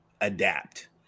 adapt